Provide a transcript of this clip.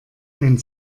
ein